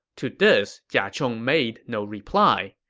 to this, jia chong made no reply.